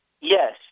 Yes